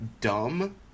dumb